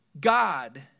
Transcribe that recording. God